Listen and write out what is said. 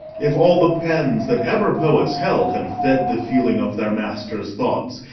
if all the pens that ever poets held had fed the feeling of their masters' thoughts,